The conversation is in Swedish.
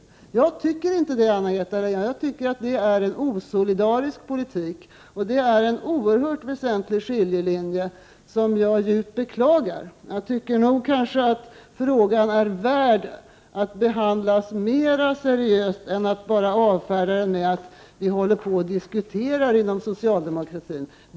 Jag tycker inte det, Anna-Greta Leijon. Jag tycker att det är en osolidarisk politik. Det är en oerhört väsentlig skiljelinje som jag djupt beklagar. Jag tycker att frågan är värd att behandlas mera seriöst än att bara avfärdas med att man håller på och diskuterar inom socialdemokratin.